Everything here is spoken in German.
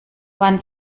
wann